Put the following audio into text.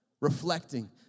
Reflecting